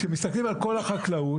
כשמסתכלים על כל החקלאות,